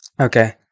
Okay